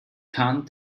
kann